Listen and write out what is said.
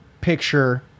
picture